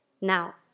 Now